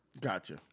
Gotcha